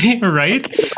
Right